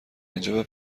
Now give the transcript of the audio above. اینجا